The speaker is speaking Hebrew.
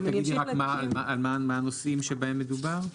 בואי תגידי רק מה הנושאים שבהם מדובר.